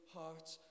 hearts